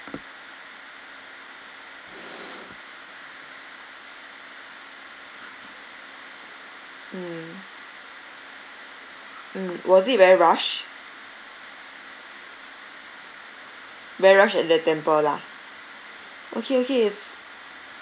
mm mm was it very rushed very rushed at the temple lah okay okay